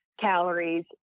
calories